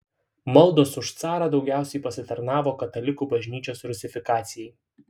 maldos už carą daugiausiai pasitarnavo katalikų bažnyčios rusifikacijai